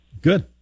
Good